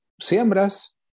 siembras